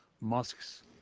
mosques